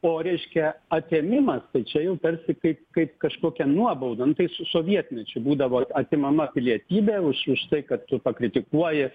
o reiškia atėmimas tai čia jau tarsi kaip kaip kažkokia nuobauda nu tai su sovietmečiu būdavo atimama pilietybė už už tai kad tu pakritikuoji